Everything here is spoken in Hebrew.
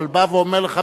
אבל בא ואומר לך,